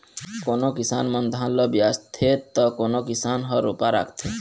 कोनो किसान मन धान ल बियासथे त कोनो किसान ह रोपा राखथे